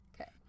okay